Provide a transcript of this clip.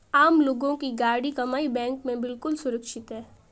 आम लोगों की गाढ़ी कमाई बैंक में बिल्कुल सुरक्षित है